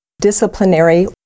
disciplinary